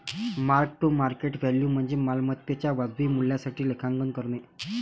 mark to market value म्हणजे मालमत्तेच्या वाजवी मूल्यासाठी लेखांकन करणे